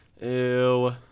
Ew